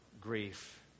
grief